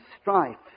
strife